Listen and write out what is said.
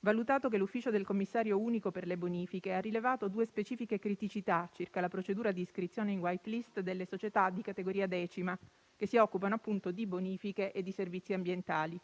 valutato che l'ufficio del commissario unico per le bonifiche ha rilevato due specifiche criticità circa la procedura di iscrizione in *white list* delle società di categoria X, che si occupano appunto di bonifiche e di servizi ambientali